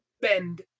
bend